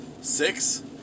six